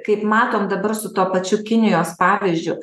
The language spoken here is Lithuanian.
kaip matom dabar su tuo pačiu kinijos pavyzdžiu